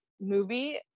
movie